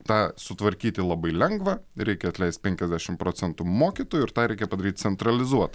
tą sutvarkyti labai lengva reikia atleist penkiasdešim procentų mokytojų ir tą reikia padaryt centralizuotai